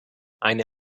eine